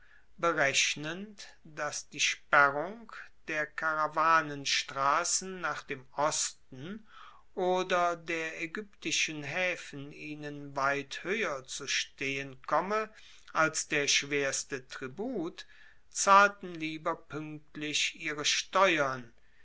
berechnend dass die sperrung der karawanenstrassen nach dem osten oder der aegyptischen haefen ihnen weit hoeher zu stehen komme als der schwerste tribut zahlten lieber puenktlich ihre steuern